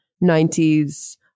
nineties